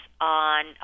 on